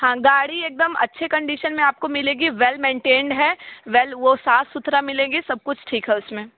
हाँ गाड़ी एक दम अच्छी कंडीशन में आपको मिलेगी वैल मेंटेंड है वैल वो साफ़ सुथरा मिलेंगे सब कुछ ठीक है उस में